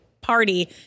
party